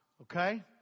Okay